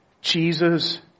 Jesus